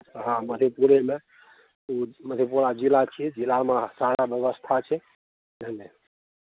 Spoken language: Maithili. हँ मधेपुरेमे ओ मधेपुरा जिला छियै जिलामे सारा व्यवस्था छै बुझलियै